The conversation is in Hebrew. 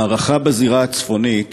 מערכה בזירה הצפונית